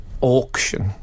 auction